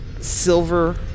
silver